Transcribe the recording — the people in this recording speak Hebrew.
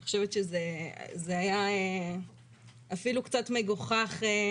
אני חושבת שזה היה אפילו קצת מגוחך,